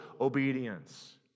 obedience